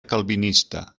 calvinista